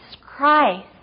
Christ